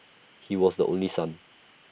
he was the only son